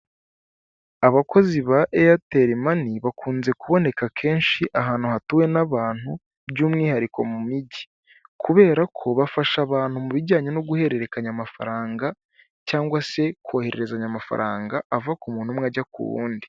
Abakozi ba eyateli mani bakunze kuboneka kenshi ahantu hatuwe n'abantu by'umwihariko mu mijyi. Kubera ko bafasha abantu mu bijyanye no guhererekanya amafaranga, cyangwa se kohererezanya amafaranga ava ku muntu umwe ajya ku wundi.